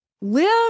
live